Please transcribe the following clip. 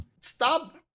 stop